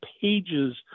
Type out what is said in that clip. pages